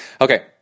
Okay